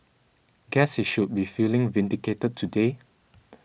guess he should be feeling vindicated today